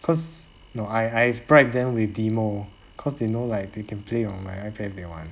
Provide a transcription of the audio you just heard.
cause no I I've bribed them with deemo cause they know like they can play on my ipad if they want